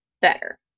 better